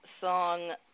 song